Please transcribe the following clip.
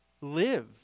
live